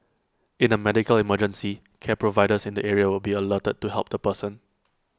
in A medical emergency care providers in the area would be alerted to help the person